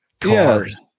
cars